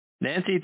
Nancy